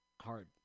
hard